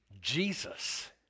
Jesus